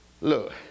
look